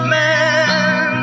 man